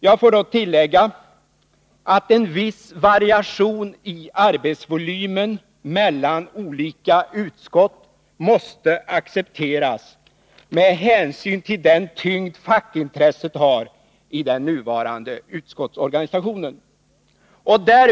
Jag får dock tillägga att en viss variation i arbetsvolymen mellan olika utskott måste accepteras med hänsyn till den tyngd fackintresset har i den nuvarande utskottsorganisationen.